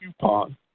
Coupon